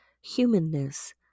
humanness